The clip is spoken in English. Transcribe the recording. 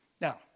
Now